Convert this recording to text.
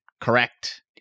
correct